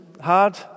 hard